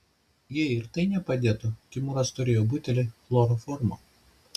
jei ir tai nepadėtų timūras turėjo butelį chloroformo